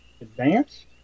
Advance